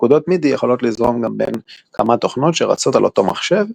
פקודות מידי יכולות לזרום גם בין כמה תוכנות שרצות על אותו מחשב,